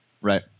Right